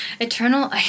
Eternal